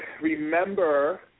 remember